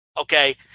Okay